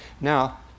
Now